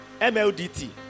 mldt